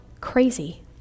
crazy